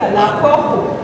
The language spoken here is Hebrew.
חס וחלילה, נהפוך הוא.